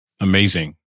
Amazing